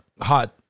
Hot